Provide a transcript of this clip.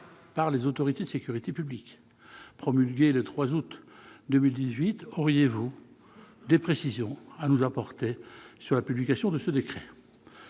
par les autorités de sécurité publique, promulguée le 3 août 2018. Auriez-vous des précisions à nous apporter sur la publication de ce décret ?